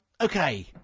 Okay